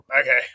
okay